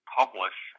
publish